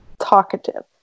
talkative